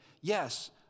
yes